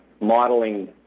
modeling